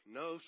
no